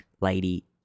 lady